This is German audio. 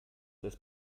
das